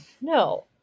no